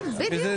כן, בדיוק.